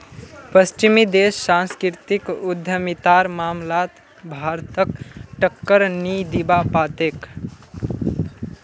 पश्चिमी देश सांस्कृतिक उद्यमितार मामलात भारतक टक्कर नी दीबा पा तेक